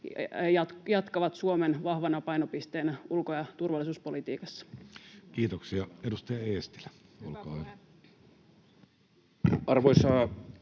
jatkavat Suomen vahvana painopisteenä ulko- ja turvallisuuspolitiikassa. Kiitoksia. — Edustaja Eestilä, olkaa hyvä. Arvoisa puhemies!